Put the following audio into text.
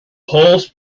horse